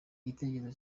igitekerezo